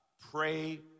Pray